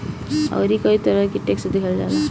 अउरी कई तरह के टेक्स देहल जाला